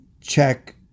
check